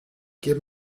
give